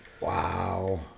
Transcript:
Wow